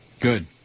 Good